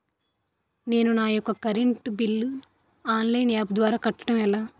నేను నా యెక్క ఇంటి కరెంట్ బిల్ ను ఆన్లైన్ యాప్ ద్వారా కట్టడం ఎలా?